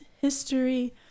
History